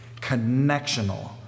connectional